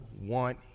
want